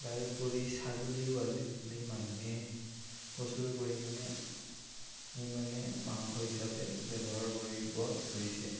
ইয়াৰ উপৰি ছাগলীও আজিকালি মানুহে প্ৰচুৰ পৰিমাণে মাংস হিচাপে ব্যৱহাৰ কৰিব ধৰিছে